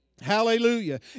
Hallelujah